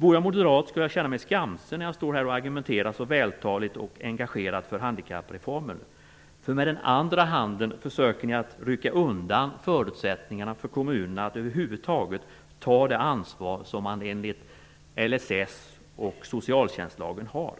Vore jag moderat skulle jag känna mig skamsen när jag står här och argumenterar så vältaligt och engagerat för handikappreformen, för med den andra handen försöker ni att rycka undan förutsättningarna för kommunerna att över huvud taget ta det ansvar som man enligt LSS och socialtjänstlagen har.